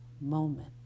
moment